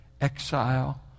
exile